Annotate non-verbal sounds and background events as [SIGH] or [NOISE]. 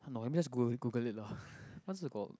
no I'm just goog~ google it lah [BREATH] what's it called